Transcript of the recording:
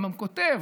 הרמב"ם כותב,